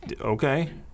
Okay